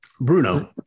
Bruno